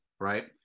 right